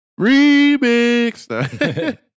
Remix